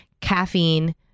caffeine